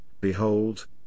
behold